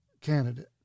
candidate